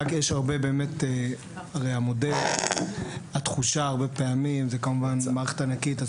הרבה פעמים המודל והתחושה, הם שזאת מערכת ענקית.